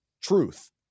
truth